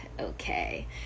okay